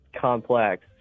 complex